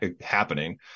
happening